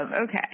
Okay